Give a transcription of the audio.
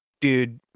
Dude